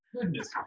Goodness